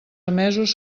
emesos